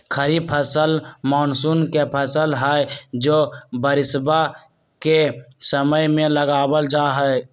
खरीफ फसल मॉनसून के फसल हई जो बारिशवा के समय में लगावल जाहई